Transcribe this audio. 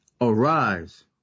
Arise